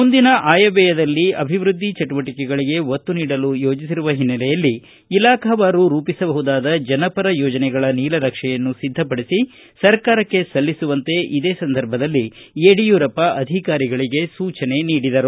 ಮುಂದಿನ ಆಯವ್ಯಯದಲ್ಲಿ ಅಭಿವೃದ್ಧಿ ಚಟುವಟಿಕೆಗಳಗೆ ಒತ್ತು ನೀಡಲು ಯೋಜಿಸಿರುವ ಹಿನ್ನಲೆಯಲ್ಲಿ ಇಲಾಖಾವಾರು ರೂಪಿಸಬಹುದಾದ ಜನಪರ ಯೋಜನೆಗಳ ನೀಲನಕ್ಷೆಯನ್ನು ಸಿದ್ದಪಡಿಸಿ ಸರ್ಕಾರಕ್ಕೆ ಸಲ್ಲಿಸುವಂತೆ ಇದೇ ಸಂದರ್ಭದಲ್ಲಿ ಯಡಿಯೂರಪ್ಪ ಸೂಚನೆ ನೀಡಿದರು